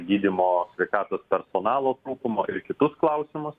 gydymo sveikatos personalo trūkumo ir kitus klausimus